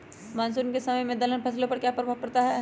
Monsoon के समय में दलहन फसलो पर क्या प्रभाव पड़ता हैँ?